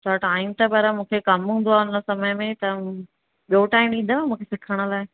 अच्छा टाइम त पर मूंखे कम कंदो आहे हुन समय में त ॿियो टाइम ॾींदव मूंखे सिखण लाइ